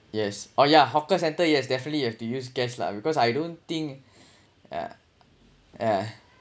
yes oh yeah hawker centre yes definitely you have to use cash lah because I don't think uh eh